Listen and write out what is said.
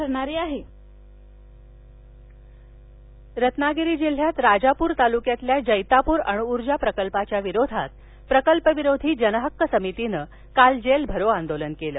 रत्नागिरी रत्नागिरी जिल्ह्यात राजापूर तालुक्यातल्या जैतापूर अणुऊर्जा प्रकल्पाच्या विरोधात प्रकल्पविरोधी जनहक्क समितीनं काल जेल भरो आंदोलन केलं